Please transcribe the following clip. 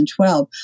2012